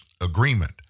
agreement